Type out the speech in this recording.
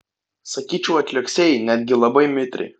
sakyčiau atliuoksėjai netgi labai mitriai